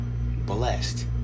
Blessed